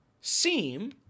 seem